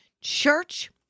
Church